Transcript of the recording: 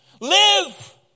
live